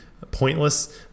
pointless